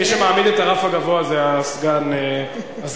מי שמעמיד את הרף הגבוה זה הסגן ליצמן,